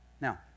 Now